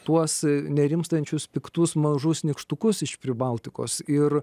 tuos nerimstančius piktus mažus nykštukus iš pribaltikos ir